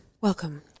Welcome